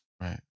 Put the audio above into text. Right